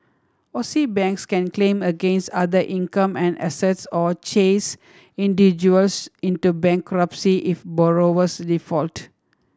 Aussie banks can claim against other income and assets or chase individuals into bankruptcy if borrowers default